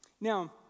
Now